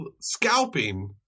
scalping